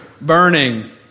burning